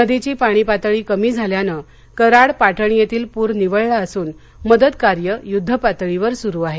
नदीची पाणी पातळी कमी झाल्याने कराड पाटण येथील पूर निवळला असून मदत कार्य युद्धपातळीवर सुरु आहे